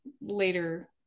later